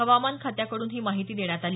हवामान खात्याकडून ही माहिती देण्यात आली